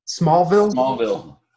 Smallville